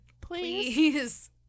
Please